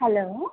hello